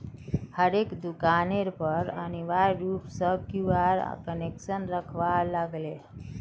हरेक दुकानेर पर अनिवार्य रूप स क्यूआर स्कैनक रखवा लाग ले